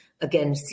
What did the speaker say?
Again